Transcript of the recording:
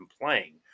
playing